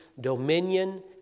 dominion